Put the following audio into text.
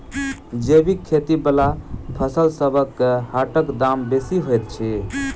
जैबिक खेती बला फसलसबक हाटक दाम बेसी होइत छी